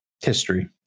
history